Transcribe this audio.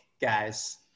guys